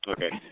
Okay